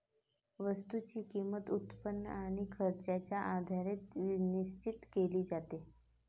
वस्तूची किंमत, उत्पन्न आणि खर्चाच्या आधारे निश्चित केली जाते